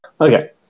Okay